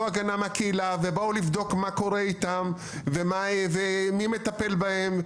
הגנה מהקהילה ובאו לבדוק מה קורה איתם ומי מטפל בהם,